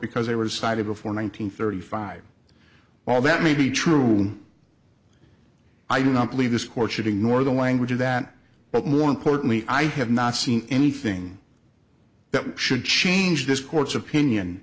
because they were cited before nine hundred thirty five all that may be true i do not believe this court should ignore the language of that but more importantly i have not seen anything that should change this court's opinion